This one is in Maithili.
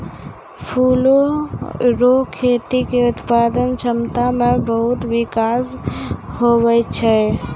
फूलो रो खेती के उत्पादन क्षमता मे बहुत बिकास हुवै छै